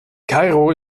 kairo